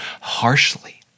harshly